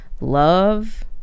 love